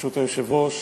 ברשות היושב-ראש,